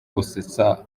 gusetsa